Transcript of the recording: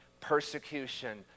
persecution